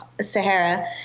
Sahara